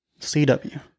CW